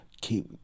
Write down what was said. keep